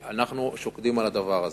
אנחנו שוקדים על הדבר הזה.